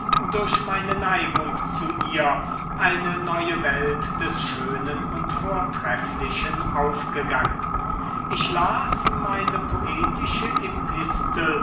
durch meine neigung zu ihr eine neue welt des schönen und vortrefflichen aufgegangen ich las meine poetische epistel